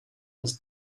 was